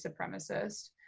supremacist